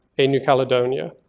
a new caledonia.